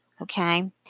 okay